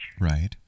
Right